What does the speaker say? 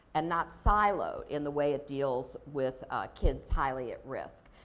and not siloed in the way it deals with kids highly at risk.